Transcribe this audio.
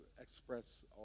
express